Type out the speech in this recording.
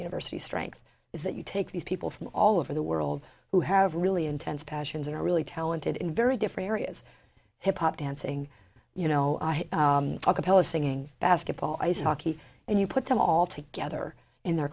university strength is that you take these people from all over the world who have really intense passions and are really talented in very different areas hip hop dancing you know singing basketball ice hockey and you put them all together in their